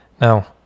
Now